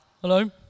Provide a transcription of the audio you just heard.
hello